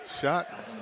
shot